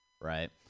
right